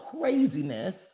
craziness